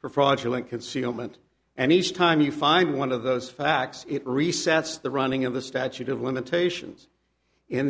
for fraudulent concealment and each time you find one of those facts it resets the running of the statute of limitations in